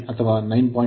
98 unit ಅಥವಾ 9